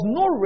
no